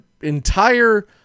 entire